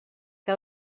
que